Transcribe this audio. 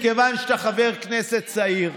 מכיוון שאתה חבר כנסת צעיר,